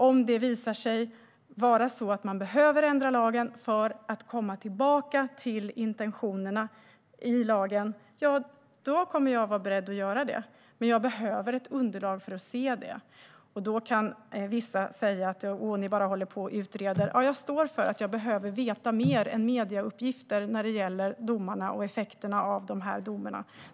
Om det visar sig vara så att man behöver ändra lagen för att komma tillbaka till intentionerna i lagen kommer jag att vara beredd att göra det. Men jag behöver ett underlag för att se det. Då kan vissa säga: "Åh, ni bara håller på och utreder!" Ja, jag står för att jag behöver veta mer än medieuppgifter när det gäller domarna och effekterna av dem.